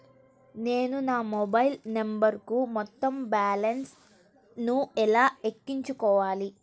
నేను నా మొబైల్ నంబరుకు మొత్తం బాలన్స్ ను ఎలా ఎక్కించుకోవాలి?